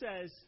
says